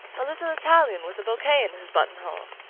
a little italian with a bouquet in his buttonhole.